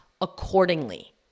accordingly